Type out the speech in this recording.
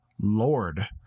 Lord